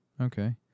okay